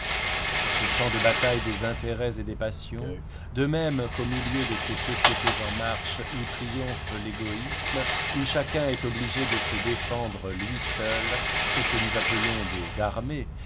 sur ce champ de bataille des intérêts et des passions de même qu'au milieu de ces sociétés en marche où triomphe l'égoïsme où chacun est obligé de se défendre lui seul et que nous appelons des armées